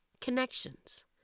connections